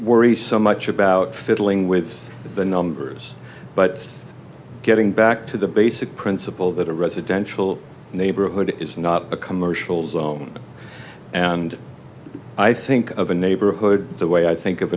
worry so much about fiddling with the numbers but getting back to the basic principle that a residential neighborhood is not a commercial zone and i think of a neighborhood the way i think of